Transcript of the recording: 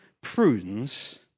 prunes